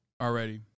already